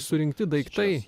surinkti daiktai